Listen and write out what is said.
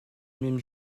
même